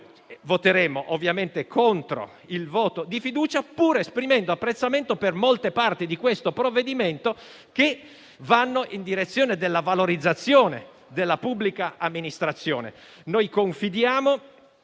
voteremo ovviamente contro la fiducia, pur esprimendo apprezzamento per molte parti di questo provvedimento, che vanno in direzione della valorizzazione della pubblica amministrazione.